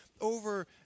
over